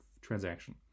transaction